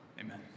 Amen